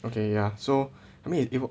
okay ya so I mean you will